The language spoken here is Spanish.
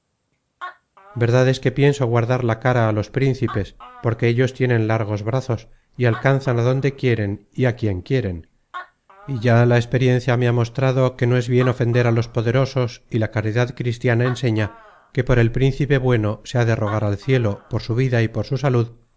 verdad es que pienso guardar la cara á los principes porque ellos tienen largos brazos y alcanzan á donde quieren y á quien quieren y ya la experiencia me ha mostrado que no es bien ofender á los poderosos y la caridad cristiana enseña que por el príncipe bueno se ha de rogar al cielo por su vida y por su salud